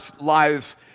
lives